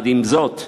עם זאת,